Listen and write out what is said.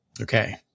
Okay